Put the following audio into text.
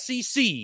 sec